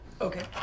Okay